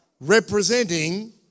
representing